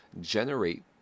generate